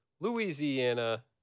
Louisiana